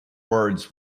words